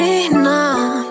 enough